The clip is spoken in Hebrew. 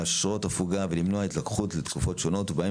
להשרות הפוגה ולמנוע התלקחות לתקופות שונות בהן